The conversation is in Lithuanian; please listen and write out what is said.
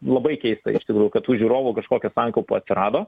labai keista iš tikrųjų kad tų žiūrovų kažkokia sankaupa atsirado